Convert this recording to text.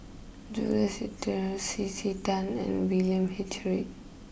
Jules Itier C C Tan and William H Read